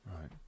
Right